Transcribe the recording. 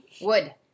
wood